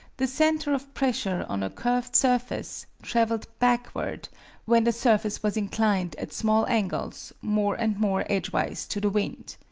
the center of pressure on a curved surface traveled backward when the surface was inclined, at small angles, more and more edgewise to the wind.